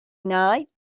night